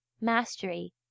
mastery